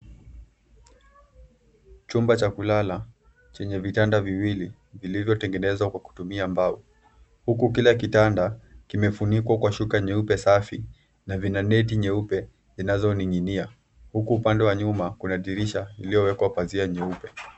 Chumba cha kulala, chenye vitanda viwili vilivyotengenezwa kwa kutumia mbao, huku kila kitanda kimefunikwa kwa shuka nyeupe safi, na vina neti nyeupe zinazoning'inia, huku upande wa nyuma kuna darisha, iliyowekwa pazia nyeupe.